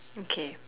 okay